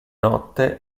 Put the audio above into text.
notte